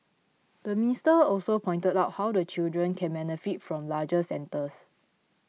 the minister also pointed out how the children can benefit from larger centres